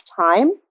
time